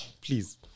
Please